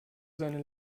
seine